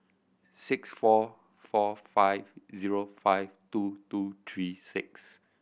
six four four five zero five two two three six